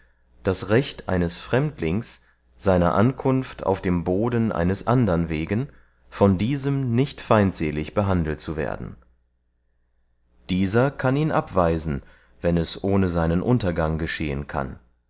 das recht eines fremdlings seiner ankunft auf dem boden eines andern wegen von diesem nicht feindselig behandelt zu werden dieser kann ihn abweisen wenn es ohne seinen untergang geschehen kann